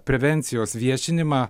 prevencijos viešinimą